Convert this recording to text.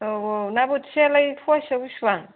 औ औ ना बोथियालाय पवासेआव बिसिबां